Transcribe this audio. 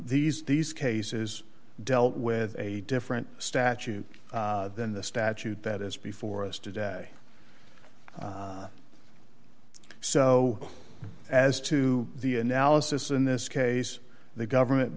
these these cases dealt with a different statute than the statute that is before us today so as to the analysis in this case the government